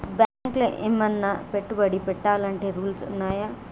బ్యాంకులో ఏమన్నా పెట్టుబడి పెట్టాలంటే రూల్స్ ఉన్నయా?